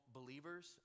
believers